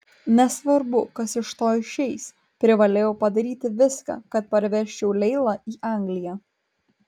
nesvarbu kas iš to išeis privalėjau padaryti viską kad parvežčiau leilą į angliją